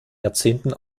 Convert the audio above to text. jahrzehnten